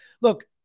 Look